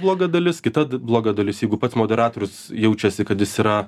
bloga dalis kita bloga dalis jeigu pats moderatorius jaučiasi kad jis yra